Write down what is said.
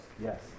Yes